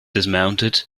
dismounted